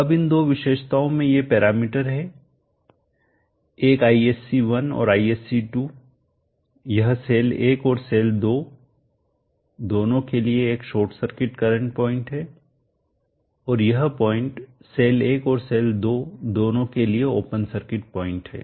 अब इन 2 विशेषताओं में ये पैरामीटर है एक Isc1 और Isc2 यह सेल 1 और सेल 2 दोनों के लिए एक शॉर्ट सर्किट करंट पॉइंट है और यह पॉइंट सेल 1और सेल 2 दोनों के लिए ओपन सर्किट पॉइंट है